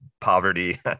poverty